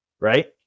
Right